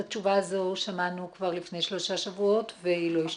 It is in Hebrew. את התשובה הזו שמענו כבר לפני שלושה שבועות והיא לא השתנתה.